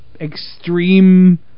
extreme